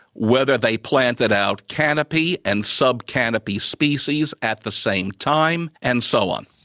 whether they planted out canopy and sub canopy species at the same time, and so on.